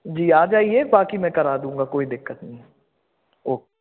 जी आ जाइए बाकी मैं करा दूँगा कोई दिक़्क़त नहीं है ओके